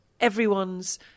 everyone's